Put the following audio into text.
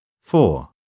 Four